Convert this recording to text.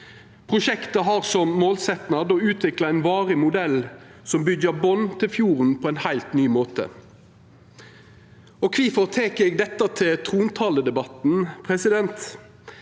Prosjektet har som målsetjing å utvikla ein varig modell som byggjer band til fjorden på ein heilt ny måte. Kvifor tek eg dette til trontaledebatten? Jo, Rein